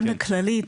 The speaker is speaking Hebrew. גם בכללית,